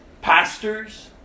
pastors